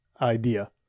idea